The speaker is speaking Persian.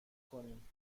کنیم